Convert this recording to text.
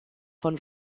von